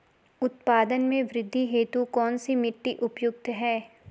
उत्पादन में वृद्धि हेतु कौन सी मिट्टी उपयुक्त है?